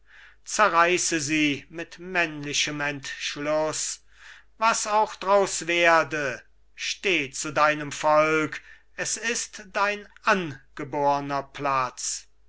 zerreisse sie mit männlichem entschluss was auch draus werde steh zu deinem volk es ist dein angeborner platz